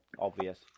obvious